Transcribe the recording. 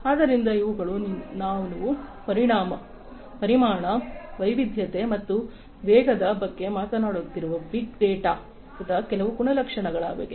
ಆದ್ದರಿಂದ ಇವುಗಳು ನಾವು ಪರಿಮಾಣ ವೈವಿಧ್ಯತೆ ಮತ್ತು ವೇಗದ ಬಗ್ಗೆ ಮಾತನಾಡುತ್ತಿರುವ ಬಿಗ್ ಡೇಟಾ ದ ಕೆಲವು ಗುಣಲಕ್ಷಣಗಳಾಗಿವೆ